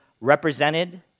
represented